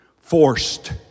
forced